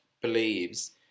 believes